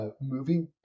Movie